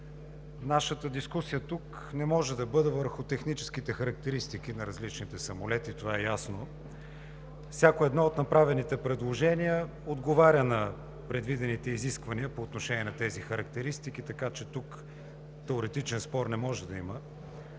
Нашата дискусия тук не може да бъде върху техническите характеристики на различните самолети – това е ясно. Всяко едно от направените предложения отговаря на предвидените изисквания по отношение на тези характеристики, така че тук теоретичен спор не може да има.